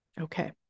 Okay